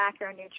macronutrients